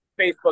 Facebook